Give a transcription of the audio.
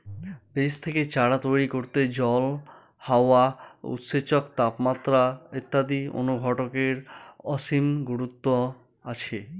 বীজ থেকে চারা তৈরি করতে জল, হাওয়া, উৎসেচক, তাপমাত্রা ইত্যাদি অনুঘটকের অসীম গুরুত্ব আছে